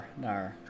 no